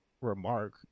remark